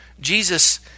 Jesus